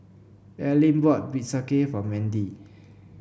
Allyn bought bistake for Mendy